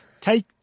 take